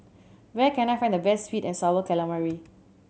where can I find the best sweet and Sour Calamari